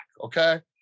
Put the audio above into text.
okay